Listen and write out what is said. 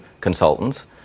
consultants